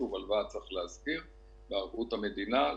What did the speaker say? בערבות המדינה,